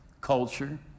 culture